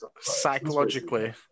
psychologically